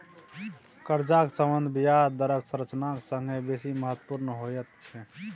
कर्जाक सम्बन्ध ब्याज दरक संरचनाक संगे बेस महत्वपुर्ण होइत छै